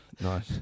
nice